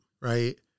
Right